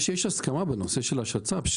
שיש הסכמה בנושא של השצ"פ,